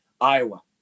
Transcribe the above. Iowa